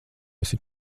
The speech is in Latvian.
esi